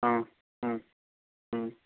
ஆ ம் ம்